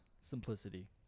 simplicity